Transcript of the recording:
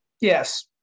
Yes